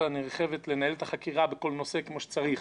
הנרחבת לנהל את החקירה בכל נושא כמו שצריך,